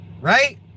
right